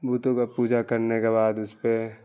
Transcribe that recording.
بتوں کا پوجا کرنے کا بعد اس پہ